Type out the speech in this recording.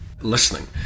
listening